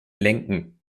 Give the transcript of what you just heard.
lenken